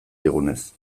digunez